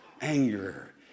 Anger